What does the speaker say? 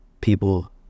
people